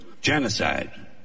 genocide